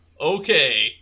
Okay